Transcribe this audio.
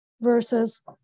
Versus